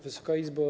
Wysoka Izbo!